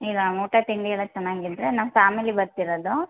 ಇಲ್ಲ ಊಟ ತಿಂಡಿ ಎಲ್ಲ ಚೆನ್ನಾಗಿದ್ರೆ ನಮ್ಮ ಫ್ಯಾಮಿಲಿ ಬರ್ತಿರೋದು